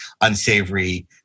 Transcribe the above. unsavory